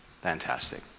fantastic